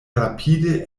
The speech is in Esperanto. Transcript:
rapide